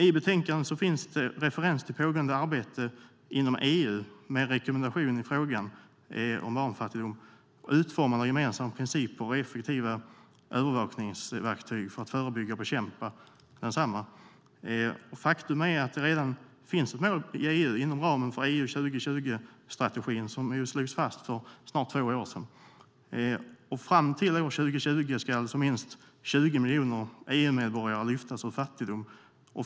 I betänkandet finns referenser till pågående arbete inom EU med en rekommendation i frågan om barnfattigdom och utformande av gemensamma principer och effektiva övervakningsverktyg för att förebygga och bekämpa densamma. Faktum är att det redan finns ett mål i EU inom ramen för EU 2020-strategin, som slogs fast för snart två år sedan. Fram till år 2020 ska minst 20 miljoner EU-medborgare lyftas ur fattigdom.